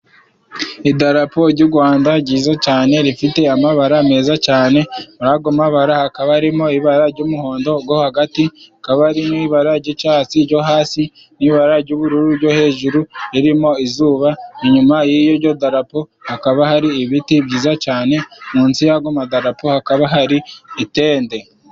Idarapo jy'u Gwanda jyiza cane rifite amabara meza cane muri ago mabara hakaba harimo: ibara ry'umuhondo go hagati ,hakaba hari n'ibara jy'icatsi jyo hasi ,ibara jy'ubururu jyo hejuru ririmo izuba, inyuma y'ijyo darapo hakaba hari ibiti byiza cane munsi y'ago madarapo hakaba hari itende.